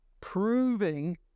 Proving